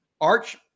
Arch